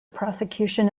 prosecution